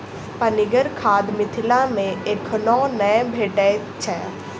पनिगर खाद मिथिला मे एखनो नै भेटैत छै